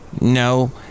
No